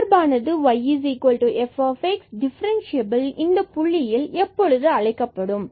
சார்பானது yf differentiable இந்தப் x0y0 புள்ளியில் என்று எப்பொழுது அழைக்கப்படும்